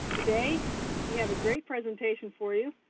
today we have a great presentation for you.